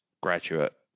graduate